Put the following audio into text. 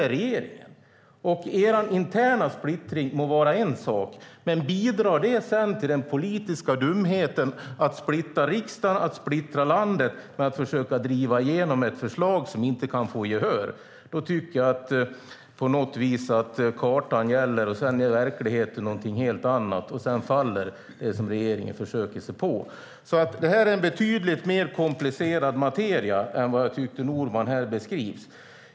Regeringens interna splittring må vara en sak, men om den bidrar till den politiska dumheten att splittra riksdagen och landet genom att försöka driva igenom ett förslag som inte kan få gehör tyder det på att det är kartan som gäller medan verkligheten är någonting helt annat. Därmed faller det som regeringen försöker sig på. Det här är en betydligt mer komplicerad materia än vad jag tyckte att Norman beskrev den som.